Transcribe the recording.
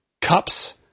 cups